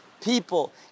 people